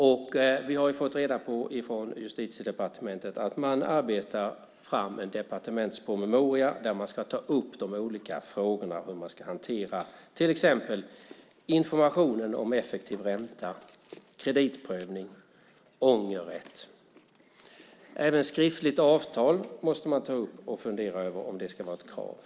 Från Justitiedepartementet har vi fått reda på att man arbetar fram en departementspromemoria där man ska ta upp de olika frågorna och hur man ska hantera till exempel informationen om effektiv ränta, kreditprövning och ångerrätt. Även skriftligt avtal måste man ta upp och fundera över. Ska det vara ett krav?